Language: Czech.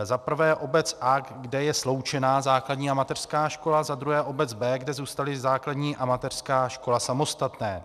Za prvé obec A, kde je sloučená základní a mateřská škola, za druhé obec B, kde zůstaly základní a mateřská škola samostatné.